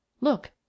look